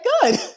good